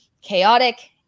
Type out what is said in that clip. chaotic